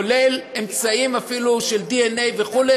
כולל אפילו אמצעים של דנ"א וכו',